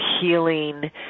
healing